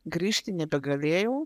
grįžti nebegalėjau